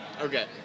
Okay